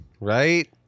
Right